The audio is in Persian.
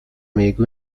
میگو